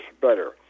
better